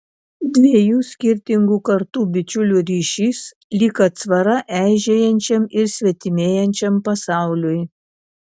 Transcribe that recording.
dviejų skirtingų kartų bičiulių ryšys lyg atsvara eižėjančiam ir svetimėjančiam pasauliui